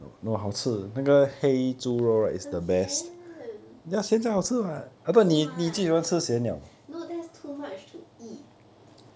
很咸 too much no that is too much to eat